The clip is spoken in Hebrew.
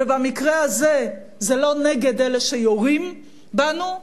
ובמקרה הזה זה לא נגד אלה שיורים בנו,